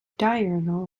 diurnal